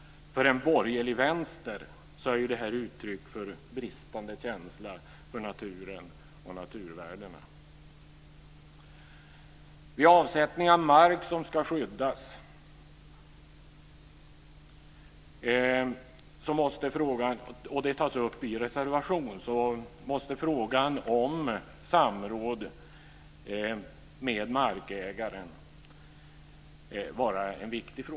För en borgerlig vänster är detta uttryck för bristande känsla för naturen och naturvärdena. I en reservation tas avsättning av mark som ska skyddas upp. Man anser att frågan om samråd med markägaren är viktig.